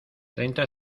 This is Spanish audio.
treinta